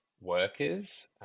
workers